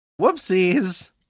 Whoopsies